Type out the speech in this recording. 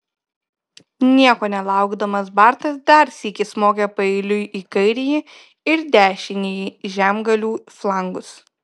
nieko nelaukdamas bartas dar sykį smogė paeiliui į kairįjį ir dešinįjį žemgalių flangus